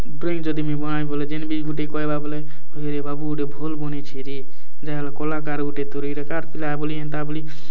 drawing ଯଦି ମୁଇଁ ବନାବି ବେଲେ ଯେନ୍ ବି ଗୁଟେ କହେବା ବେଲେ ହଇରେ ବାବୁ ଗୁଟେ ଭଲ୍ ବନେଇଛେ ରେ ଯାହାହେଲେ କଲାକାର୍ ଗୁଟେ ତରେ ଇଟା କାହା'ର୍ ପିଲା ବୋଲି ଏନ୍ତା ବୋଲି